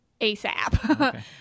ASAP